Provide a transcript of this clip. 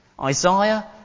Isaiah